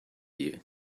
you